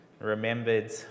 remembered